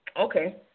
Okay